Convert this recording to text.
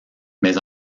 mais